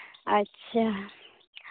ᱟᱪᱪᱷᱟ